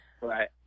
Right